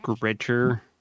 richer